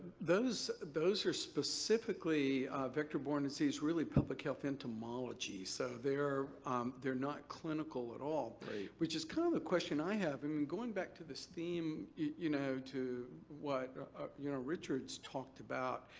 those those are specifically vector-borne disease really public health entomologies. so they're they're not clinical at all which is kind of the question i have. i and mean going back to this theme you know to what you know richard's talked about.